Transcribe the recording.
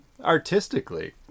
artistically